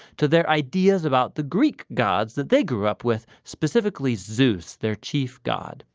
to their ideas about the greek gods that they grew up with, specifically zeus, their chief god.